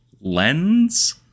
lens